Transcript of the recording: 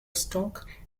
stock